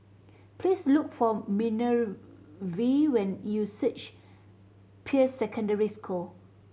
please look for Minervia when you search Peirce Secondary School